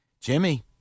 Jimmy